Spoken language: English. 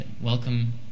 welcome